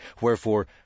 Wherefore